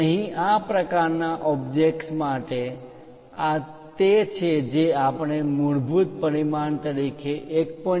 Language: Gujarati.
અહીં આ આકારના ઓબ્જેક્ટ માટે આ તે છે જે આપણે મૂળભૂત પરિમાણ તરીકે 1